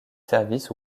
services